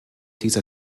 dieser